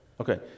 Okay